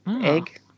egg